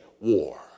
war